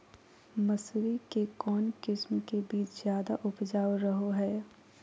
मसूरी के कौन किस्म के बीच ज्यादा उपजाऊ रहो हय?